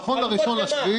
חלופות למה?